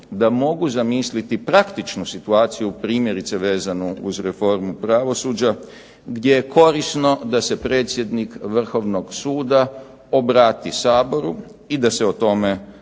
da mogu zamisliti praktičnu situaciju, primjerice vezanu uz reformu pravosuđa gdje je korisno da se predsjednik Vrhovnog suda obrati Saboru i da se o tome razgovara